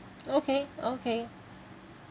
okay okay